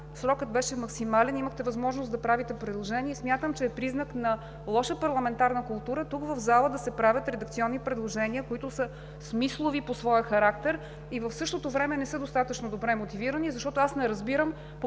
Срокът беше максимален, имахте възможност да правите предложения и смятам, че е признак на лоша парламентарна култура тук, в залата, да се правят редакционни предложения, които са смислови по своя характер и в същото време не са достатъчно добре мотивирани. Защото аз не разбирам по